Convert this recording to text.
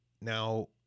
Now